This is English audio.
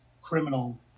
criminal